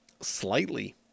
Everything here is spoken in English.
Slightly